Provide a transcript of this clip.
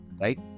right